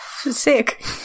sick